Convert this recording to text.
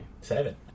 Seven